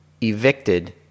evicted